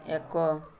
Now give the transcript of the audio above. ଏକ